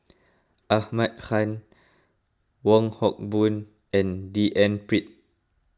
Ahmad Khan Wong Hock Boon and D N Pritt